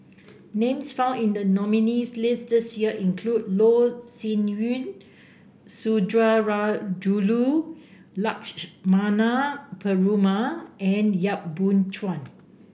names found in the nominees' list this year include Loh Sin Yun Sundarajulu Lakshmana Perumal and Yap Boon Chuan